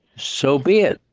so be it.